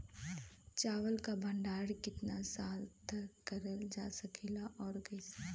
चावल क भण्डारण कितना साल तक करल जा सकेला और कइसे?